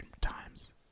times